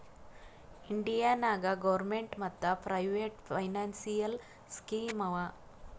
India ನಾಗ್ government ಮತ್ private financial scheme ಆವಾ